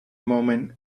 moment